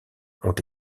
ont